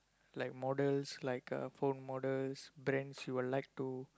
like models like uh phone models brands you will like to